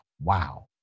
wow